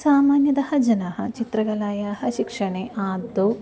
सामान्यतः जनाः चित्रकलायाः शिक्षणे आदौ